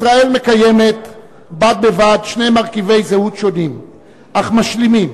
ישראל מקיימת בד בבד שני מרכיבי זהות שונים אך משלימים: